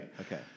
Okay